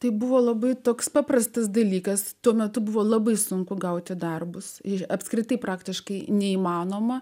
tai buvo labai toks paprastas dalykas tuo metu buvo labai sunku gauti darbus ir apskritai praktiškai neįmanoma